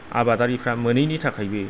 आबादारिफ्रा मोनैनि थाखायबो